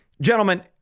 Gentlemen